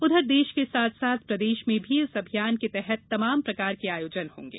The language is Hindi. उधर देश के साथ साथ प्रदेश में भी इस अभियान के तहत तमाम प्रकार के आयोजन होंगे